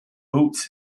boots